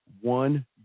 one